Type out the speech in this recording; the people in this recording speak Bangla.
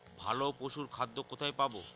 ভালো পশুর খাদ্য কোথায় পাবো?